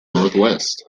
northwest